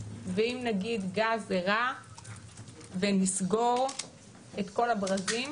ואם נגיד גז זה רע ונסגור את כל הברזים,